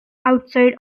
outside